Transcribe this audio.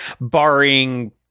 barring